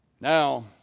Now